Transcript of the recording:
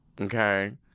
okay